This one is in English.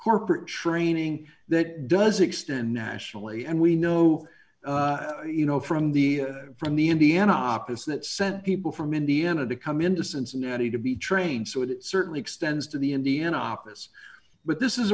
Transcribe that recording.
corporate training that does extend nationally and we know you know from the from the indiana office that sent people from indiana to come into cincinnati to be trained so it certainly extends to the indian office but this is